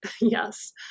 Yes